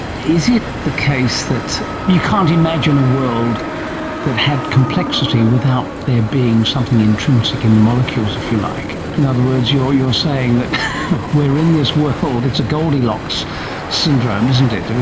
is it the case that you can't imagine a world that had complexity without there being something intrinsic in the molecules, if you like? in other words, you're you're saying that we are in this world, it's a goldilocks syndrome, isn't it, but